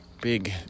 big